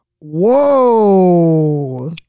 Whoa